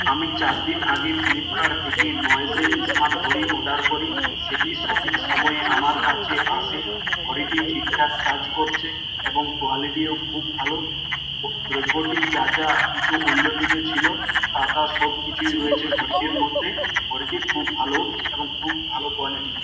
আমি চারদিন আগে ফ্লিপকার্ট থেকে নয়েজের ইস্মার্ট ঘড়ি অর্ডার করি সেটি সঠিক সময়ে আমার কাছে আসে ঘড়িটি ঠিকঠাক কাজ করছে এবং কোয়ালিটিও খুব ভালো দ্রব্যটি যা যা কিছু উল্লেখিত ছিল তা তা সব কিছুই রয়েছে ঘড়িটির মধ্যে ঘড়িটি খুব ভালো এবং খুব ভালো কোয়ালিটির